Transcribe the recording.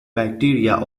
bacteria